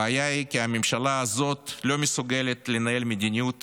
הבעיה היא כי הממשלה הזאת לא מסוגלת לנהל מדיניות